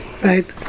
Right